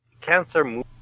Cancer